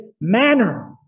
manner